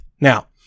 Now